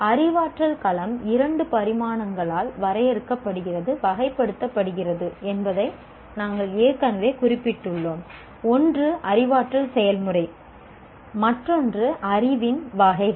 அறிவாற்றல் களம் இரண்டு பரிமாணங்களால் வகைப்படுத்தப்படுகிறது என்பதை நாங்கள் ஏற்கனவே குறிப்பிட்டுள்ளோம் ஒன்று அறிவாற்றல் செயல்முறைகள் மற்றொன்று அறிவின் வகைகள்